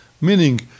meaning